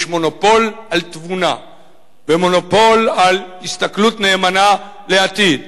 מונופול על תבונה ומונופול על הסתכלות נאמנה לעתיד.